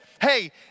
hey